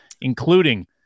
including